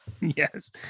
Yes